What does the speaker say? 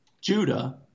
Judah